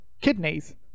kidneys